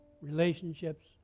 relationships